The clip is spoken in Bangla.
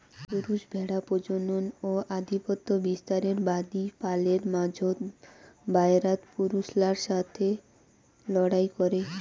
পুরুষ ভ্যাড়া প্রজনন ও আধিপত্য বিস্তারের বাদী পালের মাঝোত, বায়রাত পুরুষলার সথে লড়াই করে